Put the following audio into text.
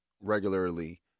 regularly